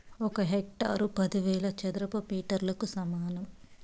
ఒక హెక్టారు పదివేల చదరపు మీటర్లకు సమానం